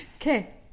Okay